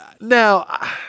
Now